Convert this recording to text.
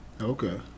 okay